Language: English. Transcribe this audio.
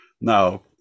Now